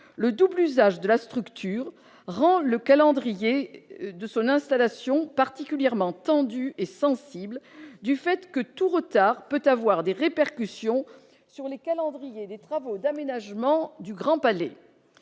le double usage de la structure rend le calendrier de son installation particulièrement tendu et sensible du fait que tout retard peut avoir des répercussions sur les calendriers des travaux d'aménagement du Grand Palais